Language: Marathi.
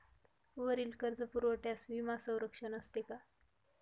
वरील कर्जपुरवठ्यास विमा संरक्षण असते का?